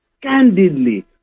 candidly